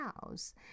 house